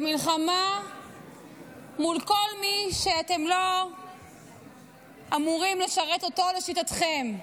במלחמה מול כל מי שאתם לא אמורים לשרת אותו לשיטתכם.